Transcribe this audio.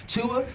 Tua